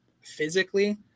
physically